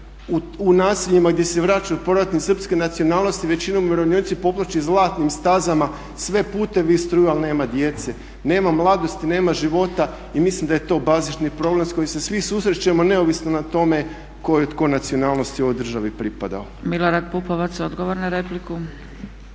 u naseljima gdje se vraćaju, poratne srpske nacionalnosti, većinom umirovljenici poploči zlatnim stazama svi putevi i struja ali nema djece. Nema mladosti, nema života i mislim da je to bazični problem s kojim se svi susrećemo neovisno o tome tko je kojoj nacionalnosti u ovoj državi pripadao.